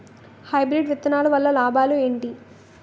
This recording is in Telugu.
హైబ్రిడ్ విత్తనాలు వల్ల లాభాలు ఏంటి?